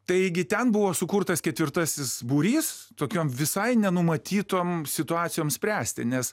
taigi ten buvo sukurtas ketvirtasis būrys tokiom visai nenumatytom situacijom spręsti nes